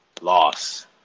loss